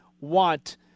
want